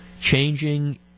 changing